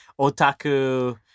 otaku